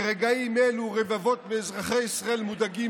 ברגעים אלה רבבות מאזרחי ישראל מודאגים